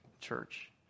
church